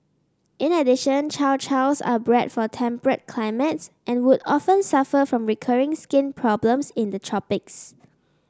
in addition Chow Chows are bred for temperate climates and would often suffer from recurring skin problems in the tropics